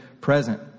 present